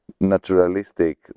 naturalistic